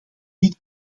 dit